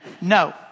No